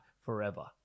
forever